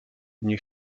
nie